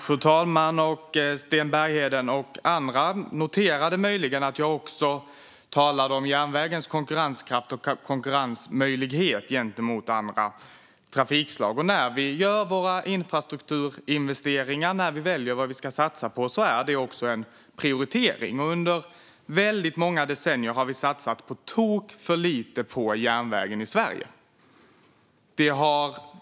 Fru talman! Sten Bergheden och andra noterade möjligen att jag också talade om järnvägens konkurrenskraft och konkurrensmöjlighet gentemot andra trafikslag. När vi gör infrastrukturinvesteringar och väljer vad vi ska satsa på är detta en prioritering. Under väldigt många decennier har det satsats på tok för lite på järnvägen i Sverige.